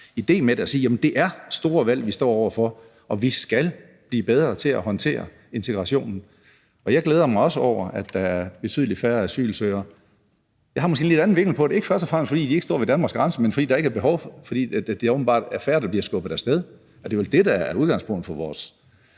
idé med at sige, at det er store valg, vi står over for. Vi skal blive bedre til at håndtere integrationen, og jeg glæder mig også over, at der er betydelig færre asylsøgere. Jeg har måske en lidt anden vinkel på det. Det er ikke først og fremmest, fordi de ikke står ved Danmarks grænse, men fordi behovet ikke er der, altså fordi det åbenbart er færre, der bliver skubbet af sted. Og det er vel det, der er udgangspunktet fra vores